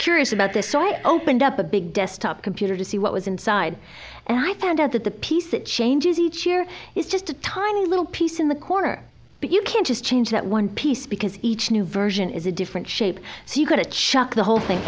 curious about this so i opened up a big desktop computer to see what was inside and i found out that the piece that changes each year is just a tiny little piece in the corner but you can't just change that one piece because each new version is a different shape so you couldn't shut the whole thing